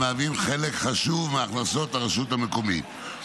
המהווים חלק חשוב מהכנסות הרשות המקומית.